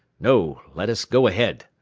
no let us go ahead.